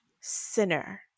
sinner